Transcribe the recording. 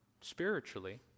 spiritually